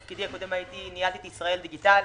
בתפקידי הקודם ניהלתי את ישראל דיגיטלית,